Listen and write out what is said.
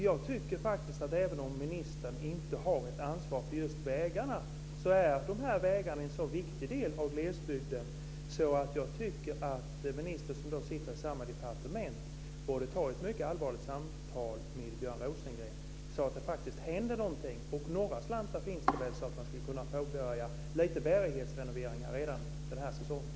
Jag tycker faktiskt att även om ministern inte har ett ansvar för just vägarna så är de här vägarna en så viktig del av glesbygden att ministern som då sitter i samma departement borde ta ett mycket allvarligt samtal med Björn Rosengren, så att det faktiskt händer någonting. Några slantar finns det väl, så att man skulle kunna påbörja lite bärighetsrenoveringar redan den här säsongen.